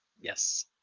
Yes